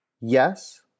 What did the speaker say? yes